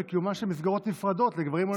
בקיומן של מסגרות נפרדות לגברים או לנשים,